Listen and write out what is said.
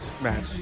match